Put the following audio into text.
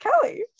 Kelly